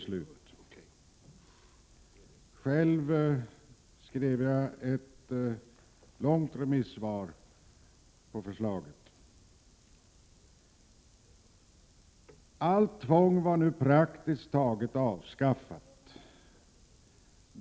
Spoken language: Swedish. Själv skrev jag då ett långt remissvar på förslaget. Allt tvång blev praktiskt taget avskaffat.